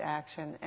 action